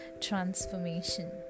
transformation